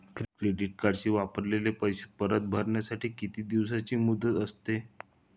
Credit कार्डचे वापरलेले पैसे परत भरण्यासाठी किती दिवसांची मुदत असते?